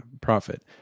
profit